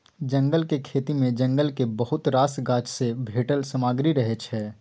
जंगलक खेती मे जंगलक बहुत रास गाछ सँ भेटल सामग्री रहय छै